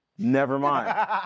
nevermind